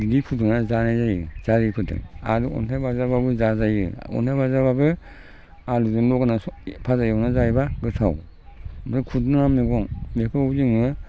बिदि फुदुंनानै जानाय जायो जारिफोरजों आरो अनथाइ बाजाबाबो जाजायो अनथाइ बाजाबाबो आलुजों लगायनानै भाजा एवनानै जायोबा गोथाव ओमफ्राय खुदुना होनोब्ला बेखौ जोङो